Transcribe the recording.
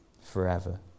forever